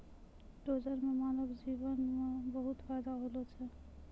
dozer सें मानव जीवन म बहुत फायदा होलो छै